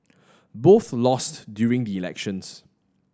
both lost during the elections